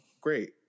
great